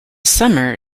summer